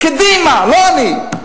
קדימה, לא אני.